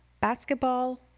basketball